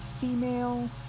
female